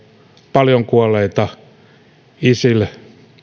paljon kuolleita isil